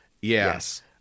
Yes